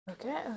Okay